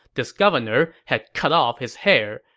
this governor had cut off his hair,